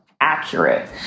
accurate